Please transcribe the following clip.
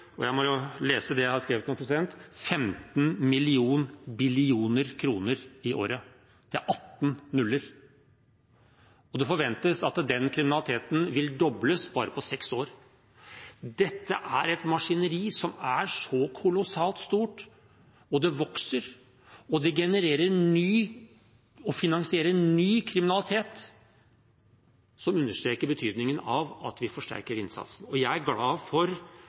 15 millioner billioner kroner i året – det er 18 nuller – og det forventes at den kriminaliteten vil dobles på bare seks år. Dette er et maskineri som er så kolossalt stort, det vokser, og det genererer og finansierer ny kriminalitet, noe som understreker betydningen av at vi forsterker innsatsen. Jeg er glad for